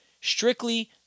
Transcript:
Strictly